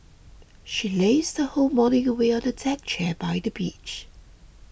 she lazed her whole morning away on a deck chair by the beach